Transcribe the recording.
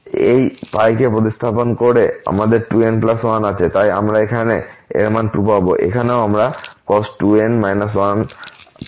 এই কে প্রতিস্থাপন করে আমাদের 2n1 আছে তাই আমরা সেখানে এই মান 2 পাব এবং এখানেও আমাদের cos 2n 1 আছে আবার